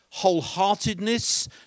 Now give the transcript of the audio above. wholeheartedness